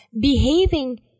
behaving